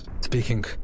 Speaking